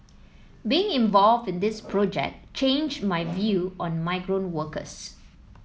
being involved in this project changed my view on migrant workers